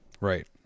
Right